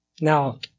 Now